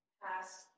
past